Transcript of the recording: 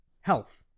health